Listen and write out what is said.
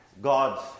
God's